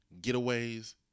getaways